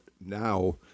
now